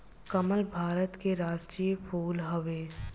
कमल भारत के राष्ट्रीय फूल हवे